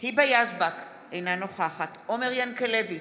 היבה יזבק, אינה נוכחת עומר ינקלביץ'